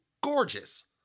gorgeous